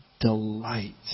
delight